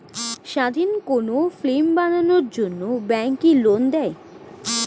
স্বাধীন কোনো ফিল্ম বানানোর জন্য ব্যাঙ্ক কি লোন দেয়?